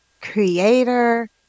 creator